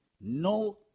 no